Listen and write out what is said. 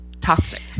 toxic